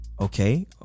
okay